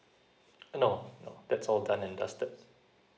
no no that's all done and dusted